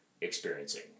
experiencing